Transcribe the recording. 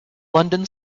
london